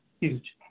Huge